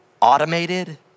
automated